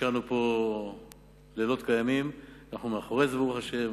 השקענו פה לילות כימים, ואנחנו אחרי זה, ברוך השם.